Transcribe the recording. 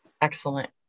excellent